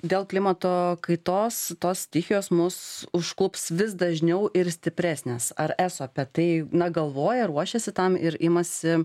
dėl klimato kaitos tos stichijos mus užklups vis dažniau ir stipresnės ar eso apie tai na galvoja ruošiasi tam ir imasi